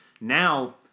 Now